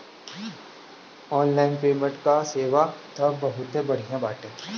online payment कअ सेवा तअ बहुते बढ़िया बाटे